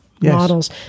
models